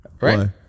Right